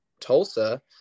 tulsa